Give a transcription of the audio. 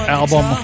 album